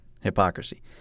hypocrisy